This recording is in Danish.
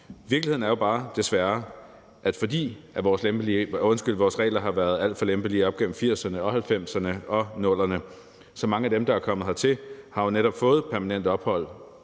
Virkeligheden er jo desværre bare, at fordi vores regler har været alt for lempelige op gennem 1980'erne, 1990'erne og 00'erne, har mange af dem, der er kommet hertil, netop fået permanent ophold,